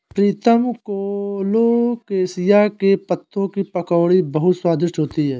प्रीतम colocasia के पत्तों की पकौड़ी बहुत स्वादिष्ट होती है